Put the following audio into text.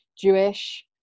Jewish